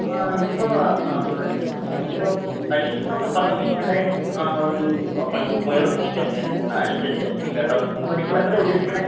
ഇപ്പോൾ നമുക്കിപ്പോൾ ടൈൽസ് എന്നൊക്കെ പറഞ്ഞാൽ നിങ്ങളുടെ ആ ഒരു വൺ സ്ക്വയർ ഫീറ്റൊക്കെ അനുസരിച്ചായിരിക്കും കേട്ടോ അപ്പോൾ നിങ്ങളെത്രയാണ് ഉദ്ദേശിക്കുന്നേ